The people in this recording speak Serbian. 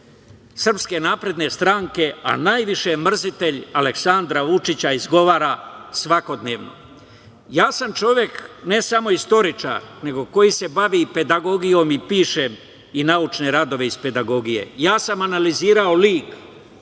Srbije, mrzitelj SNS, a najviše mrzitelj Aleksandra Vučića izgovara svakodnevno. Ja sam čovek ne samo istoričar, nego koji se bavi pedagogijom i piše i naučne radove iz pedagogije. Ja sam analizirao lik